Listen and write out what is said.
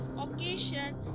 occasion